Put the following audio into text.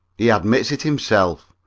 he admits it himself.